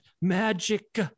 magic